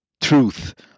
truth